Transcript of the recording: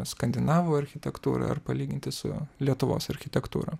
skandinavų architektūra ar palyginti su lietuvos architektūra